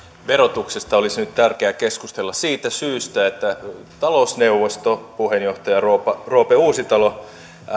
verotuksesta olisi nyt tärkeää keskustella siitä syystä että talousneuvoston puheenjohtaja roope roope uusitalo